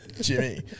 Jimmy